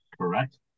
correct